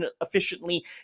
efficiently